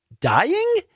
dying